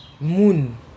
Moon